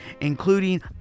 including